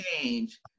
change